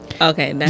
Okay